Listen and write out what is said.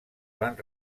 van